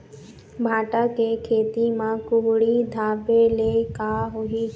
भांटा के खेती म कुहड़ी ढाबे ले का होही?